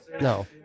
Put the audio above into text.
No